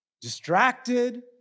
Distracted